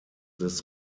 this